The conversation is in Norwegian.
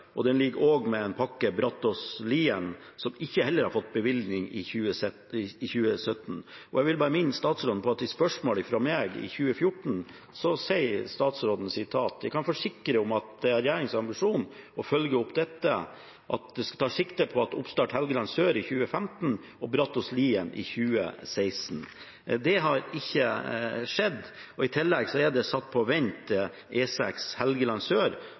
og det ligger også en pakke for Brattås–Lien, som heller ikke har fått bevilgninger for 2017. Jeg vil bare minne statsråden på at til et spørsmål fra meg i 2014 skrev statsråden: «Jeg kan forsikre om at regjeringens ambisjon er å følge opp dette.» Og: «Det tas sikte på oppstart av Helgeland sør i 2015 og Brattås–Lien i 2016.» Det har ikke skjedd, og i tillegg er E6 Helgeland sør satt på vent